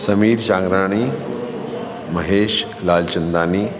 Sameer Jagrani Mahesh Lalchandani